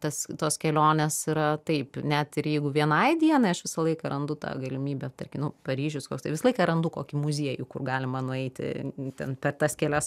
tas tos kelionės yra taip net ir jeigu vienai dienai aš visą laiką randu tą galimybę tarkim nu paryžius koksai visą laiką randu kokį muziejų kur galima nueiti ten per tas kelias